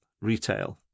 retail